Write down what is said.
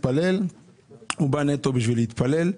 הוא בא נטו בשביל להתפלל.